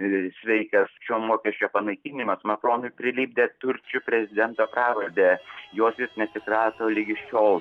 sveikas šio mokesčio panaikinimas makronui prilipdė turčių prezidento pravardę jos jis neatsikrato ligi šiol